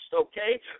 okay